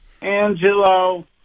Angelo